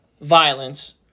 violence